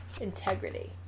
Integrity